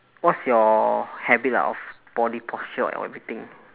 what's your habit ah of body posture or everything